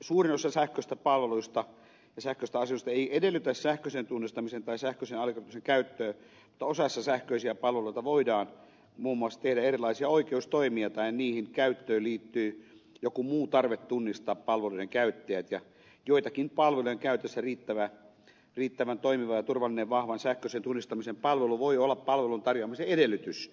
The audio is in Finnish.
suurin osa sähköisistä palveluista tai sähköisestä asioinnista ei edellytä sähköisen tunnistamisen tai sähköisten allekirjoitusten käyttöä mutta osassa sähköisiä palveluita voidaan muun muassa tehdä erilaisia oikeustoimia tai niiden käyttöön liittyy joku muu tarve tunnistaa palveluiden käyttäjät ja joidenkin palvelujen käytössä riittävän toimiva ja turvallinen vahvan sähköisen tunnistamisen palvelu voi olla palvelun tarjoamisen edellytys